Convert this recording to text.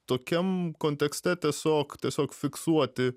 tokiam kontekste tiesiog tiesiog fiksuoti